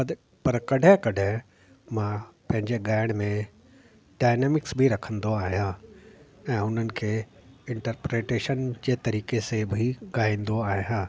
पर कॾहिं कॾहिं मां पंहिंजे ॻाइण में डाएनामिक्स बि रखंदो आहियां ऐं उन्हनि खे इंटरप्रटेशन जे तरीक़े से बि ॻाईंदो आहियां